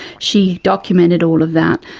she documented all of that.